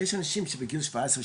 יש אנשים שבגיל 17,